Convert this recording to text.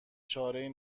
چارهای